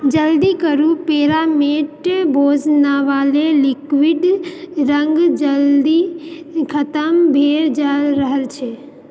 जल्दी करु प्युरामेट भोजनवला लिक्विड रङ्ग जल्दी खतम भए जा रहल छै